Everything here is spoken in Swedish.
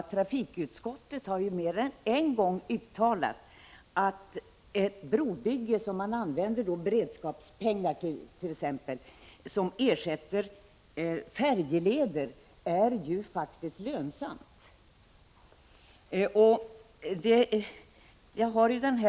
Trafikutskottet har mer än en gång uttalat att ett brobygge, till vilket man använder beredskapspengar och som ersätter färjeleder, faktiskt är lönsamt.